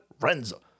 Renzo